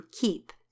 keep